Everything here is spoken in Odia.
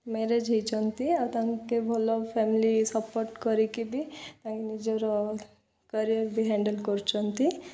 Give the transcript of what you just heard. ମ୍ୟାରେଜ୍ ହୋଇଛନ୍ତି ଆଉ ତାଙ୍କେ ଭଲ ଫ୍ୟାମିଲି ସପୋର୍ଟ କରିକି ବି ତାଙ୍କ ନିଜର କ୍ୟାରିଅର୍ ବି ହ୍ୟାଣ୍ଡେଲ୍ କରୁଛନ୍ତି